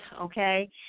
Okay